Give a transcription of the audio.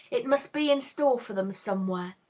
it must be in store for them somewhere.